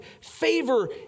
favor